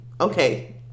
okay